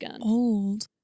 old